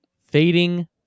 fading